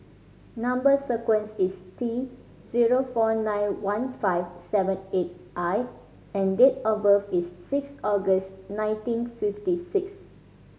number sequence is T zero four nine one five seven eight I and date of birth is six August nineteen fifty six